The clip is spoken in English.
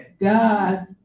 God